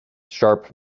sharp